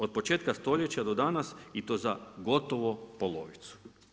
Od početka stoljeća do danas i to za gotovo polovicu.